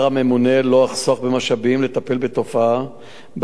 לא אחסוך במשאבים כדי לטפל בתופעה בהיבט המקצועי,